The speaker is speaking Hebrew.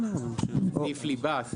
זה סעיף ליבה.